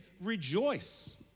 rejoice